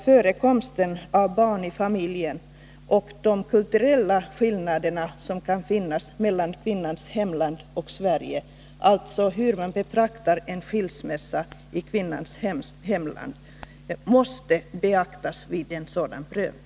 Förekomsten av barn i familjen och de kulturella skillnader som kan finnas mellan kvinnans hemland och Sverige — alltså hur man betraktar en skilsmässa i kvinnans hemland - måste beaktas vid en sådan prövning.